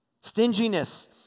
Stinginess